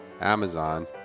Amazon